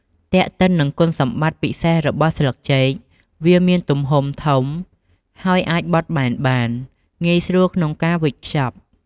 ទាក់ទិននឹងគុណសម្បត្តិពិសេសរបស់ស្លឹកចេក វាមានទំហំធំ ហើយអាចបត់បែនបាន ងាយស្រួលក្នុងការវេចខ្ចប់។